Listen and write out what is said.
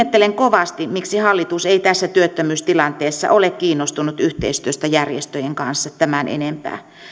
sulkeutua ihmettelen kovasti miksi hallitus ei tässä työttömyystilanteessa ole kiinnostunut yhteistyöstä järjestöjen kanssa tämän enempää